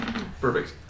Perfect